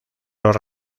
los